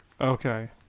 Okay